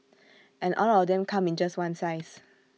and all of them come in just one size